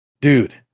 dude